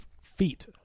feet